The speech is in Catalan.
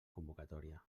convocatòria